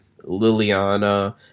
Liliana